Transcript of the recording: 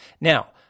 Now